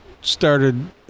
started